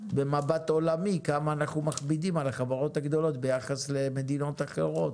במבט עולמי כמה אנחנו מכבידים על החברות הגדולות ביחס למדינות אחרות.